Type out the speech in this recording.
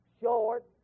short